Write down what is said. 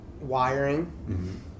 wiring